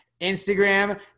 Instagram